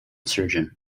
surgeon